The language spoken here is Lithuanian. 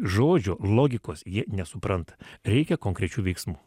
žodžio logikos jie nesupranta reikia konkrečių veiksmų